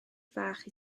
fach